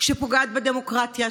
שפוגעת בדמוקרטיה,